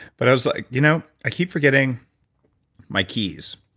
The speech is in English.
but i was like, you know, i keep forgetting my keys,